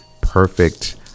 perfect